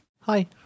Hi